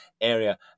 area